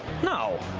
no.